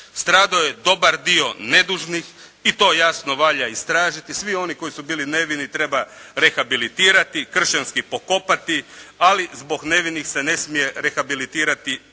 Stradao je dobar dio nedužnih i to jasno valja istražiti. Svi oni koji su bili nevini treba rehabilitirati, kršćanski ih pokopati, ali zbog nevinih se ne smije rehabilitirati